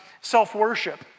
self-worship